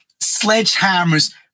sledgehammers